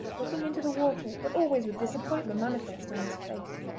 looking into the water, but always with disappointment manifest on his face.